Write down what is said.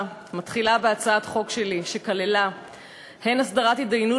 מתחילה בהצעת חוק שלי שכללה את הסדרת ההתדיינות